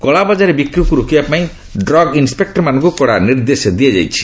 କଳାବଜାରରେ ବିକ୍ରିକୁ ରୋକିବା ପାଇଁ ଡ୍ରଗ୍ ଇନୁପେକୁରମାନଙ୍କୁ କଡା ନିର୍ଦ୍ଦେଶ ଦିଆଯାଇଛି